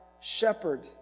shepherd